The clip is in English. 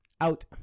out